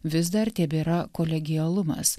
vis dar tebėra kolegialumas